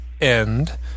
end